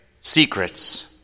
secrets